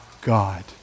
God